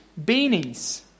beanies